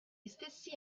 stessi